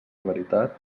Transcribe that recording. veritat